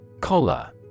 Collar